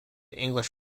english